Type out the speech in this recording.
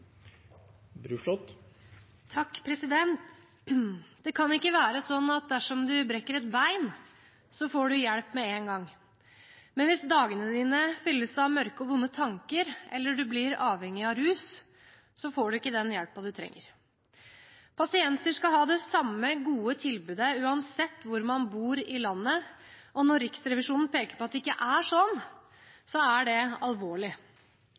Det kan ikke være sånn at dersom man brekker et bein, får man hjelp med én gang, men hvis dagene fylles av mørke og vonde tanker, eller man blir avhengig av rus, får man ikke den hjelpen man trenger. Pasienter skal ha det samme gode tilbudet uansett hvor man bor i landet, og når Riksrevisjonen peker på at det ikke er sånn, er det alvorlig.